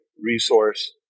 resource